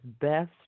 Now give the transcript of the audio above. best